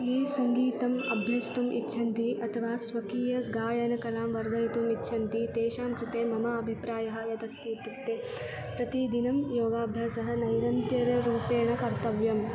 ये सङ्गीतम् अभ्यस्तुम् इच्छन्ति अथवा स्वकीयगायनकलां वर्धयितुम् इच्छन्ति तेषां कृते मम अभिप्रायः यदस्ति इत्युक्ते प्रतिदिनं योगाभ्यासः नैरन्तर्यरूपेण कर्तव्यं